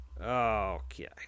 Okay